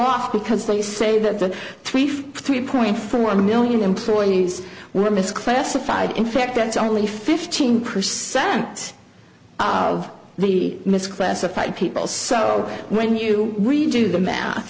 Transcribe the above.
off because they say that three for three point four million employees were misclassified in fact that's only fifteen percent of the misclassified people so when you really do the math